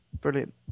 brilliant